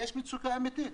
ויש מצוקה אמיתית.